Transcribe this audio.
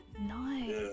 nice